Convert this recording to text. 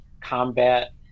combat